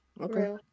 Okay